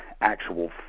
actual